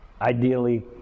Ideally